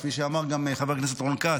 כפי שאמר גם חבר הכנסת רון כץ,